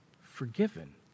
forgiven